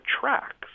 tracks